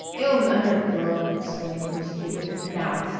ill-mannered girl! exclaimed miss judith. now,